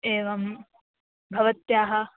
एवं भवत्याः